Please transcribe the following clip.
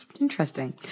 Interesting